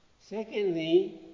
Secondly